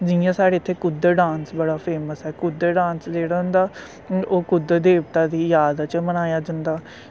जियां साढ़े इत्थें कुड्ड डांस बड़ा फेमस ऐ कुड्ड डांस जेह्ड़ा होंदा ओह् कुड्ड देवता दी जाद च बनाया जंदा